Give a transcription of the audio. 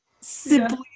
Simply